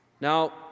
Now